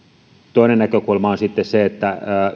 toinen näkökulma on sitten se että